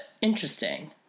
interesting